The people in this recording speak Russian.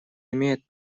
имеет